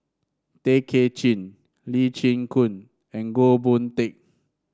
Tay Kay Chin Lee Chin Koon and Goh Boon Teck